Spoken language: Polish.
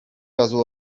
razu